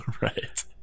right